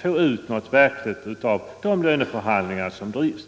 få ut något positivt av de löneförhandlingar som drivs.